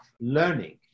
learning